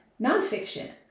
nonfiction